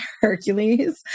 Hercules